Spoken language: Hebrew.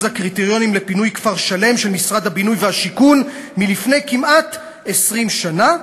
הקריטריונים לפינוי כפר-שלם של משרד הבינוי והשיכון מלפני כמעט 20 שנה,